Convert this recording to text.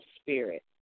spirit